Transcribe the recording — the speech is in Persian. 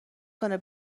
کنه